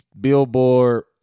Billboard